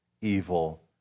evil